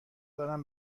دارم